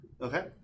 Okay